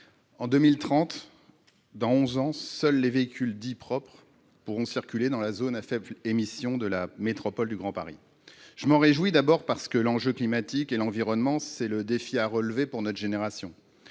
En 2030, dans onze ans, seuls les véhicules dits « propres » pourront circuler dans la zone à faibles émissions de la métropole du Grand Paris. Je m'en réjouis, d'abord, parce que l'enjeu climatique et environnemental constitue le défi à relever pour notre génération.